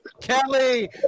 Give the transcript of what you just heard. Kelly